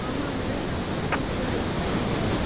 ஆமாங்க நான் house broker தான் பேசுகிறேன் நீங்கள் யார்